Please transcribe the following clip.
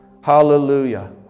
Hallelujah